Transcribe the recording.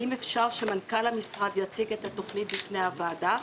האם אפשר שמנכ"ל המשרד יציג את התוכנית בפני הוועדה?